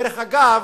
דרך אגב,